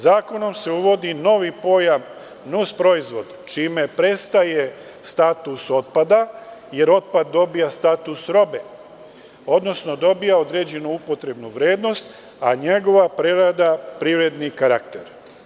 Zakonom se uvodi novi pojam nus proizvod čime prestaje status otpada, jer otpad dobija status robe, odnosno dobija određenu upotrebnu vrednost, a njegova prerada privredni karakter.